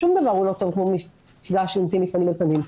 שום דבר לא טוב כמו מפגש אינטימי פנים אל פנים,